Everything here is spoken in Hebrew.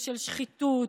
ושל שחיתות,